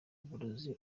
uburozi